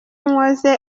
mowzey